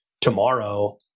tomorrow